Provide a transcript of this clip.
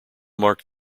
marked